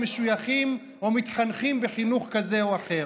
משויכים או מתחנכים בחינוך כזה או אחר.